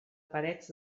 parets